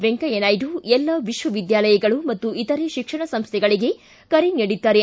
ವೆಂಕಯ್ಯ ನಾಯ್ಡು ಎಲ್ಲ ವಿಶ್ವವಿದ್ಯಾಲಯಗಳು ಮತ್ತು ಇತರೆ ಶಿಕ್ಷಣ ಸಂಸ್ಥೆಗಳಗೆ ಕರೆ ನೀಡಿದ್ದಾರೆ